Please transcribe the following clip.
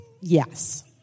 yes